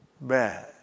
bad